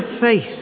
faith